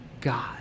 God